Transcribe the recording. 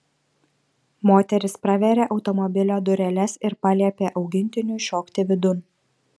moteris praveria automobilio dureles ir paliepia augintiniui šokti vidun